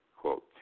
quote